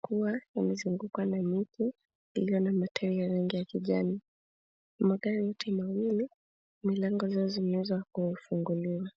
kuwa imezungukwa na miti iliyo na matawi ya rangi ya kijani. Magari yote mawili milango zao zimeweza kufunguliwa